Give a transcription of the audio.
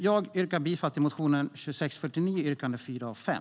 Jag yrkar bifall till motion 2649 yrkandena 4 och 5.